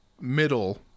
middle